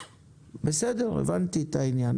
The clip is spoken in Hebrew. בסדר, הבנתי את העניין.